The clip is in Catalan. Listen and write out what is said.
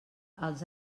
els